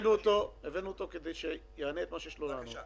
הבאנו אותו כדי שיענה את מה שיש לו לענות.